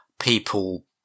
people